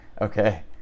Okay